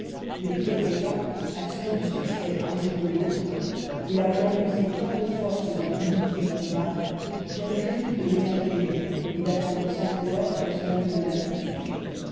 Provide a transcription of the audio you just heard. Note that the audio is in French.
depuis quelque temps assuré du succès un jour ou l'autre la voyant user tant de force dans d'inutiles combats j'avais résolu de ménager les miennes d'attendre sans effort qu'elle se rendît de lassitude